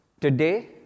Today